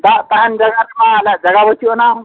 ᱫᱟᱜ ᱛᱟᱦᱮᱱ ᱡᱟᱭᱜᱟ ᱨᱮᱢᱟ ᱟᱞᱮᱭᱟᱜ ᱡᱟᱭᱜᱟ ᱵᱟᱹᱪᱩᱜ ᱟᱱᱟ